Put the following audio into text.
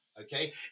okay